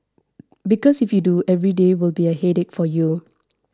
because if you do every day will be a headache for you